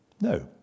No